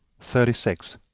thirty six.